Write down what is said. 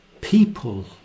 people